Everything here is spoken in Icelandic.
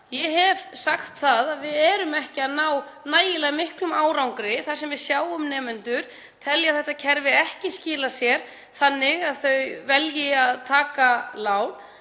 Ég hef sagt það að við erum ekki að ná nægilega miklum árangri þar sem við sjáum að nemendur telja þetta kerfi ekki skilað sér þannig að þau velji að taka lán.